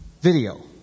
video